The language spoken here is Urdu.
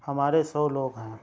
ہمارے سو لوگ ہیں